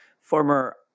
former